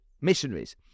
Missionaries